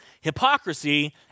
hypocrisy